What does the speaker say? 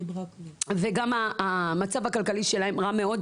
וגם המצב הכלכלי שלהם רע מאוד.